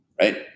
right